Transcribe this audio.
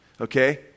Okay